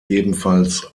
ebenfalls